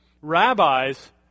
Rabbis